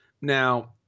Now